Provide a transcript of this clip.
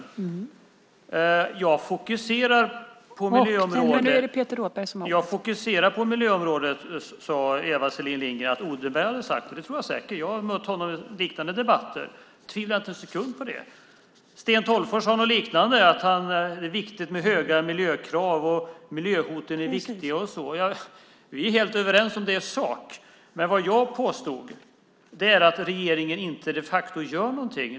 Eva Selin Lindgren sade att Odenberg har sagt att han fokuserar på miljöområdet. Det tror jag säkert. Jag har mött honom i liknande debatter, och jag tvivlar inte en sekund på det. Sten Tolgfors sade något liknande om att det är viktigt med höga miljökrav, att miljöhoten är allvarliga och så vidare. Vi är helt överens om det i sak. Men det jag påstod är att regeringen de facto inte gör någonting.